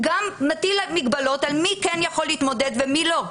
מטיל גם מגבלות על מי כן יכול להתמודד ומי לא.